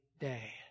day